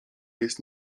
jest